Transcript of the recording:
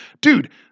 dude